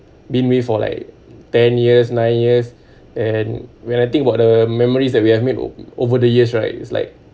been with for like ten years nine years and when I think about the memories that we have made over the years right it's like